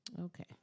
Okay